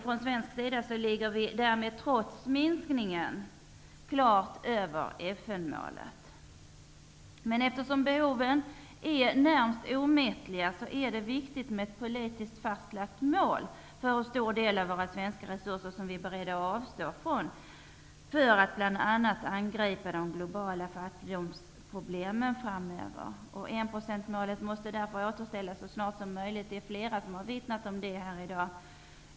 Från svensk sida ligger vi därmed trots minskningen klart över FN-målet. Men eftersom behoven är närmast omättliga är det viktigt med ett politiskt fastlagt mål för hur stor del av våra svenska resurser vi är beredda att avstå från för att angripa de globala fattigdomsproblemen framöver. 1-procentsmålet måste därför återställas så snart som möjligt. Flera har vittnat om det här i dag.